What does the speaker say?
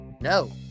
No